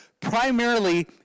primarily